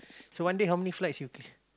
so one day how many flights you